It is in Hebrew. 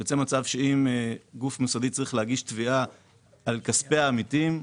יוצא מצב שאם גוף מוסדי צריך להגיש תביעה על כספי העמיתים,